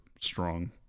strong